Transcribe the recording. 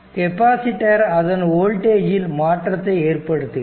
capacitor அதன் வோல்டேஜில் மாற்றத்தை ஏற்படுத்துகிறது